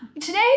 Today